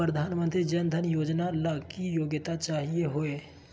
प्रधानमंत्री जन धन योजना ला की योग्यता चाहियो हे?